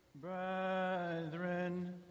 Brethren